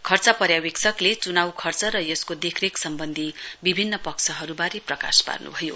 खर्च पर्यावेक्षकले चुनाउ खर्च र यसको देखरेख सम्वन्धी विभिन्न पक्षहरुवारे प्रकाश पार्नुभयो